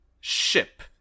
ship